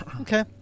Okay